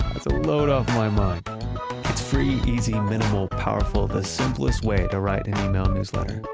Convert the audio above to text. that's a load off my mind. it's free, easy, minimal, powerful, the simplest way to write an email newsletter.